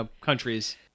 countries